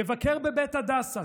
יבקר בבית הדסה,